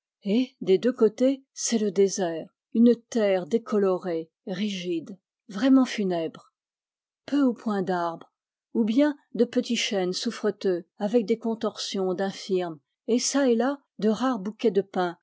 des deux côtés c'est le désert une terre décolorée rigide vraiment funèbre peu ou point d'arbres ou bien de petits chênes souffreteux avec des contorsions d'infirmes et çà et là de rares bouquets de pins